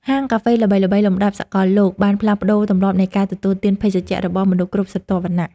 ម៉ាកកាហ្វេល្បីៗលំដាប់សកលលោកបានផ្លាស់ប្តូរទម្លាប់នៃការទទួលទានភេសជ្ជៈរបស់មនុស្សគ្រប់ស្រទាប់វណ្ណៈ។